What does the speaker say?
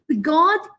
God